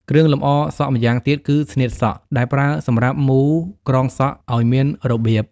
គ្រឿងលម្អសក់ម្យ៉ាងទៀតគឺ "ស្នៀតសក់" ដែលប្រើសម្រាប់មូរក្រងសក់ឱ្យមានរបៀប។